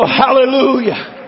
hallelujah